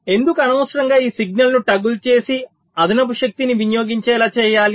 ఎందుకు అనవసరంగా ఈ సిగ్నల్ను టోగుల్ చేసి అదనపు శక్తిని వినియోగించేలా చేయాలి